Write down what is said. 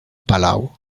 palau